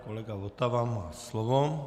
Kolega Votava má slovo.